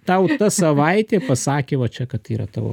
tau ta savaitė pasakė va čia kad tai yra tavo